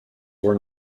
were